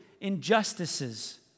injustices